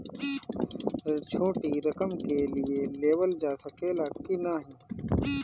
ऋण छोटी रकम के लिए लेवल जा सकेला की नाहीं?